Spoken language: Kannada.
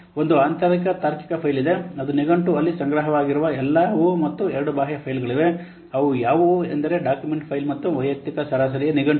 1 ಆಂತರಿಕ ತಾರ್ಕಿಕ ಫೈಲ್ ಇದೆ ಅದು ನಿಘಂಟು ಅಲ್ಲಿ ಸಂಗ್ರಹವಾಗಿರುವ ಎಲ್ಲವು ಮತ್ತು 2 ಬಾಹ್ಯ ಫೈಲ್ಗಳಿವೆ ಅವು ಯಾವುವು ಎಂದರೆ ಡಾಕ್ಯುಮೆಂಟ್ ಫೈಲ್ ಮತ್ತು ವೈಯಕ್ತಿಕ ಸರಾಸರಿಯ ನಿಘಂಟು